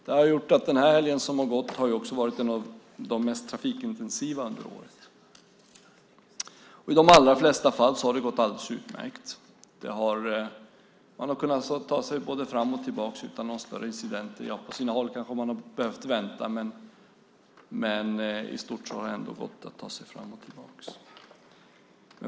Den helg som har gått har också varit en av de mest trafikintensiva under året. I de allra flesta fall har det gått alldeles utmärkt. Man har tagit sig fram och tillbaka utan några större incidenter. På sina håll har man kanske behövt vänta, men i stort har det ändå gått att ta sig fram och tillbaka.